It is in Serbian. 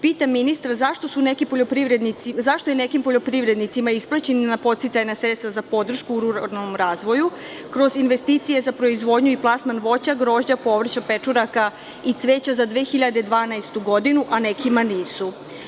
Pitam ministra – zašto se nekim poljoprivrednicima isplaćena podsticajna sredstva za podršku u ruralnom razvoju kroz investicije za proizvodnju i plasman voća, grožđa, povrća, pečuraka i cveća za 2012. godinu, a nekima nisu?